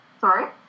Sorry